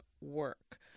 work